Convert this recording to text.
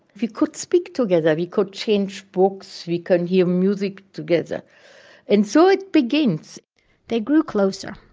we could speak together, we could change books, we can hear music together and so it begins they grew closer.